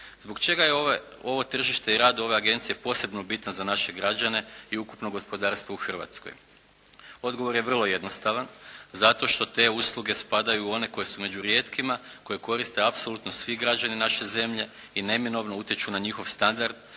Zbog čega je ovo, ovo tržište i rad ove Agencije posebno bitan za naše građane i ukupno gospodarstvo u Hrvatskoj? Odgovor je vrlo jednostavan. Zato što te usluge spadaju u one koji su među rijetkima koje koriste apsolutno svi građani naše zemlje i neminovno utječu na njihov standard